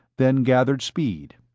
then gathering speed.